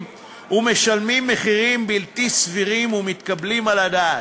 ומשלמים מחירים בלתי סבירים ומתקבלים על הדעת,